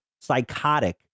psychotic